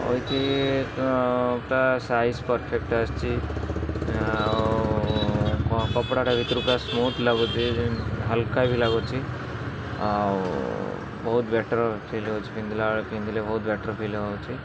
ତା size perfect ଆସୁଛି ଆଉ କପଡ଼ାଟା ଭିତରକୁ ପୁରା ସ୍ମୁଥ୍ ଲାଗୁଛି ହାଲ୍କା ବି ଲାଗୁଛି ଆଉ ବହୁତ ବେଟର୍ ଫିଲ୍ ହେଉଛି ପିନ୍ଧିଲା ପିନ୍ଧିଲେ ବହୁତ ବେଟର୍ ଫିଲ୍ ହେଉଛି